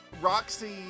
Roxy